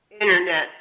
internet